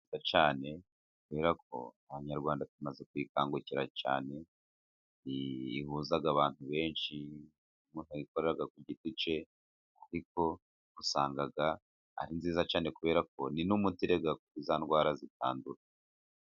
Ni nziza cyane kubera ko abanyarwanda tumaze kuyikangukira cyane, ihuza abantu benshi iyo umuntu yikorera ku giti cye ariko kuko usanga ari nziza cyane, kubera ko ni n' umuti arega kuri za ndwara zitandukanye.